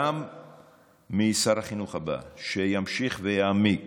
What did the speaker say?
גם משר החינוך הבא שימשיך ויעמיק